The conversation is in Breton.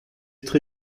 tre